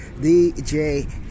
DJ